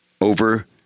over